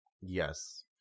yes